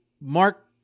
Mark